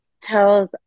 tells